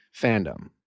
fandom